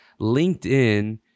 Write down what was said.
LinkedIn